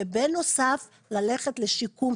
ובנוסף, ללכת לשיקום.